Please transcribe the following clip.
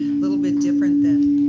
a little bit different